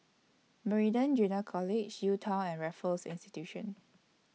Meridian Junior College UTown and Raffles Institution